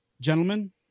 gentlemen